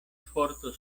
forto